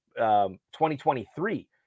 2023